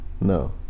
no